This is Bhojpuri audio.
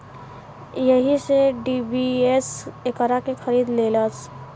एही से डी.बी.एस एकरा के खरीद लेलस